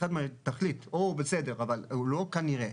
תחליט אבל לא כנראה".